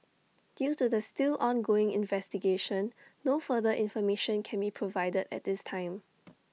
due to the still ongoing investigation no further information can be provided at this time